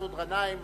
מסעוד גנאים,